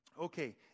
Okay